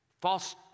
false